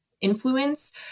influence